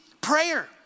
prayer